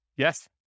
Yes